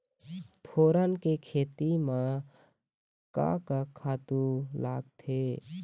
फोरन के खेती म का का खातू लागथे?